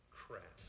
crap